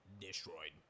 destroyed